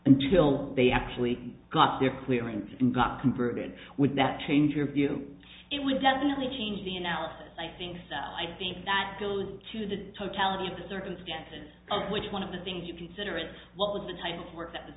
until they actually got their clearing and got converted would that change your view it would definitely change the analysis i think so i think that goes to the totality of the circumstances of which one of the things you consider as well as the type of work that was